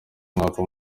mwaka